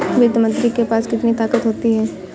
वित्त मंत्री के पास कितनी ताकत होती है?